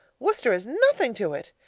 worcester is nothing to it.